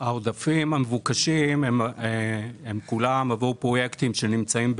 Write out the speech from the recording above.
האם יש חוק בדבר או שזה נתון להחלטה של מישהו?